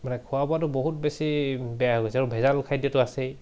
মানে খোৱা বোৱাটো বহুত বেছি বেয়া হৈ গৈছে আৰু ভেজাল খাদ্যটো আছেই